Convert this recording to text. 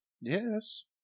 Yes